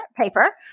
paper